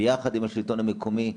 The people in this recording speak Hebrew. ביחד עם השלטון המקומי.